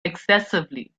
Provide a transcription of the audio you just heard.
excessively